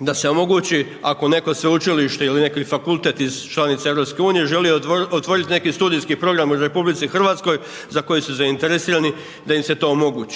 da se omogući ako neko sveučilište ili neki fakultet iz članica EU želi otvoriti neki studijski program u RH za koji su zainteresirani, da im se to omogući.